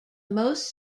most